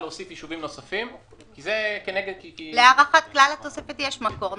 להוסיף יישובים נוספים כי זה -- לכלל התוספת יש מקור,